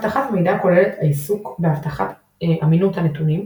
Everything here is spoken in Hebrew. אבטחת מידע כוללת העיסוק בהבטחת אמינות נתונים,